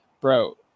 Bro